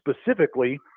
specifically